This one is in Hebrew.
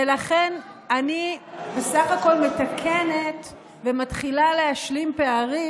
ולכן אני בסך הכול מתקנת ומתחילה להשלים פערים